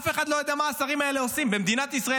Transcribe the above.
אף אחד לא יודע מה השרים האלה עושים במדינת ישראל.